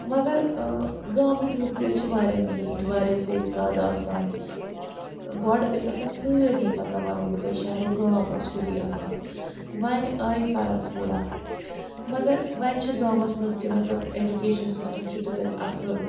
مگر گامٕکۍ لُکھ تہِ أسۍ چھِ واریاہ میٖٹھۍ واریاہ صحت سادٕ آسان گۄڈٕ ٲسۍ آسان سٲری مطلب وَنو بہٕ تۄہہِ شَہرَو گام ٲس ہیوٗ آسان وَنۍ آیہِ فَرق تھوڑا مگر وَنۍ چھِ گامَس منٛز تہِ مطلب ایجوٗکیشَن سِسٹَم چھُ تَتہِ اَصٕل